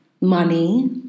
money